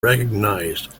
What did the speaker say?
recognized